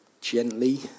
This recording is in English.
gently